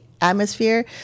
Atmosphere